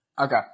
okay